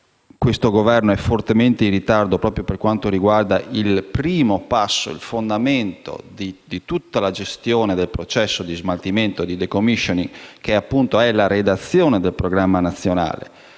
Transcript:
questo Governo è fortemente in ritardo proprio in merito al primo passo, il fondamento di tutta la gestione del processo di smaltimento, di *decommisioning* che è la redazione del Programma nazionale.